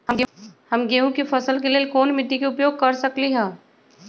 हम गेंहू के फसल के लेल कोन मिट्टी के उपयोग कर सकली ह?